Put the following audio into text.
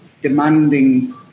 demanding